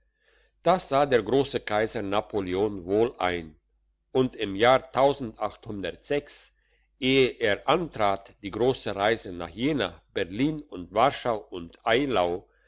das sah der grosse kaiser napoleon wohl ein und im jahr ehe er antrat die grosse reise nach jena berlin und warschau und eylau